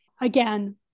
again